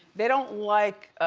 they don't like,